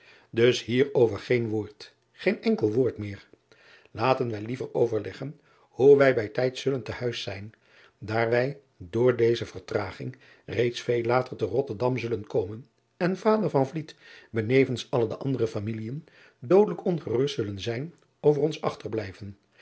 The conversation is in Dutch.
us hierover geen woord geen enkel woord meer aten wij liever overleggen hoe wij bij tijds zullen te driaan oosjes zn et leven van aurits ijnslager huis zijn daar wij door deze vertraging reeds veel later te otterdam zullen komen en vader benevens alle de andere familiën doodelijk ongerust zullen zijn over ons achterblijven